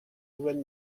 nouvelle